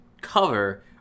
cover